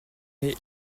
est